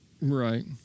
Right